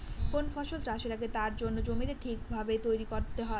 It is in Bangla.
কোন ফসল চাষের আগে তার জন্য জমিকে ঠিক ভাবে তৈরী করতে হয়